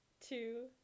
two